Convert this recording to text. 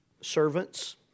Servants